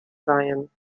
seien